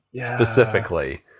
specifically